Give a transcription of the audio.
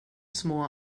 små